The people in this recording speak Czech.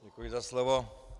Děkuji za slovo.